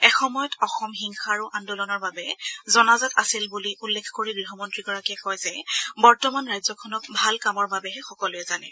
এসময়ত অসম হিংসা আৰু আন্দোলনৰ বাবে জনাজাত আছিল বুলি উল্লেখ কৰি গৃহমন্ত্ৰীগৰাকীয়ে কয় যে বৰ্তমান ৰাজ্যখনক ভাল কামৰ বাবেহে সকলোৱে জানে